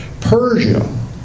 Persia